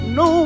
no